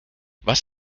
was